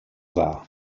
dda